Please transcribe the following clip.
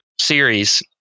series